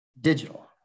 digital